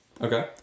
Okay